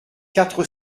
quatre